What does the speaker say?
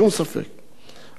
אבל, אדוני השר: